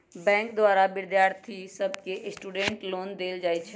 bank द्वारा विद्यार्थि सभके स्टूडेंट लोन देल जाइ छइ